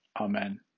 Amen